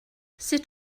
sut